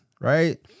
right